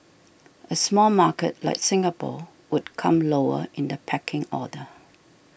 a small market like Singapore would come lower in the pecking order